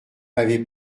m’avez